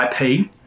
IP